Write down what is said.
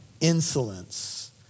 insolence